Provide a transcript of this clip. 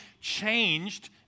changed